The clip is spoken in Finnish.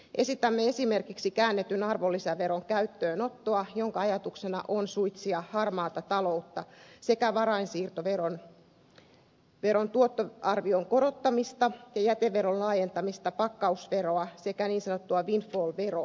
esitämme esimerkiksi käännetyn arvonlisäveron käyttöönottoa jonka ajatuksena on suitsia harmaata taloutta sekä varainsiirtoveron tuottoarvion korottamista ja jäteveron laajentamista pakkausveroa sekä niin sanottua windfall veroa